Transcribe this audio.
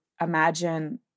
imagine